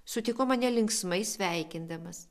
sutiko mane linksmai sveikindamas